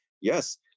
Yes